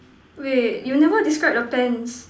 wait you never describe the pants